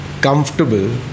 comfortable